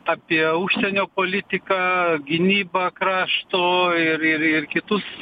apie užsienio politiką gynybą krašto ir ir ir kitus